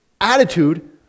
attitude